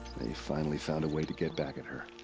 they finally found a way to get back at her.